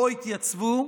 לא התייצבו,